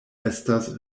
estas